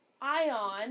*Ion